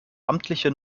amtliche